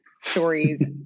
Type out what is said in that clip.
stories